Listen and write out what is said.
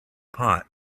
pot